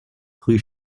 rue